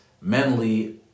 mentally